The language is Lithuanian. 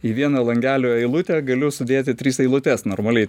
į vieną langelio eilutę galiu sudėti tris eilutes normaliai